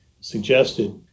suggested